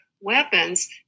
weapons